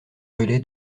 bruley